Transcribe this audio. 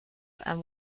and